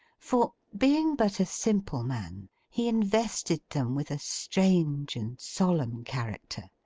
for, being but a simple man, he invested them with a strange and solemn character.